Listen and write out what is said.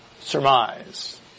surmise